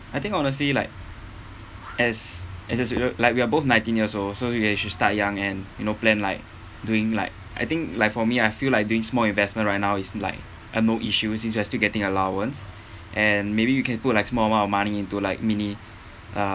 I think honestly like as as as you know like we are both nineteen years old so ya you should start young and you know plan like doing like I think like for me I feel like doing small investment right now is like uh no issue it's just to getting allowance and maybe you can put like small amount of money into like mini uh